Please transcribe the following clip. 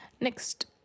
next